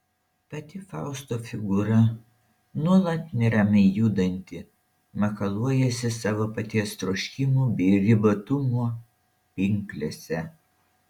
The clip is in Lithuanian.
pati fausto figūra nuolat neramiai judanti makaluojasi savo paties troškimų bei ribotumo pinklėse